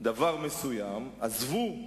בר-און הוא מסיעתכם, אז תרשו לו להמשיך לדבר.